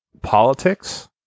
politics